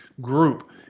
group